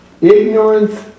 Ignorance